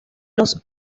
los